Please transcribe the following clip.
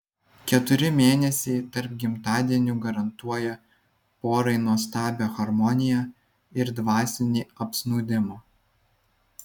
keturi mėnesiai tarp gimtadienių garantuoja porai nuostabią harmoniją ir dvasinį apsnūdimą